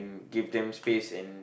give them space and